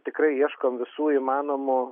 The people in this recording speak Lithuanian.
tikrai ieškom visų įmanomų